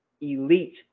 elite